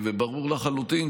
ברור לחלוטין